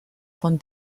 von